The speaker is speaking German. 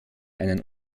einen